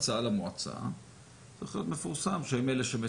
יש לה סעיף מיוחד סעיף 24 זה סימן ג' לפרק ד' של החוק,